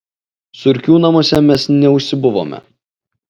surkių namuose mes neužsibuvome